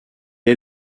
est